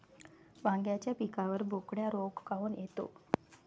वांग्याच्या पिकावर बोकड्या रोग काऊन येतो?